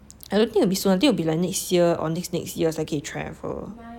I don't it will be soon I think it will be next year or next next year 才可以 travel